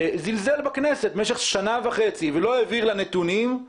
זלזל בכנסת במשך שנה וחצי ולא העביר לה נתונים,